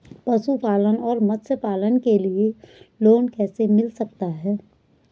पशुपालन और मत्स्य पालन के लिए लोन कैसे मिल सकता है?